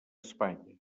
espanya